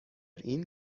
این